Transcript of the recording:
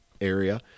area